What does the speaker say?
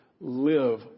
live